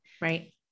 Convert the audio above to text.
Right